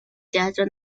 teatro